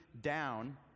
down